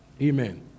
Amen